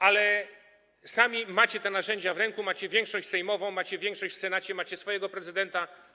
Ale macie te narzędzia w ręku, macie większość sejmową, macie większość w Senacie, macie swojego prezydenta.